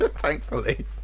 Thankfully